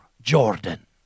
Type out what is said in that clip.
Jordan